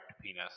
penis